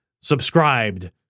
subscribed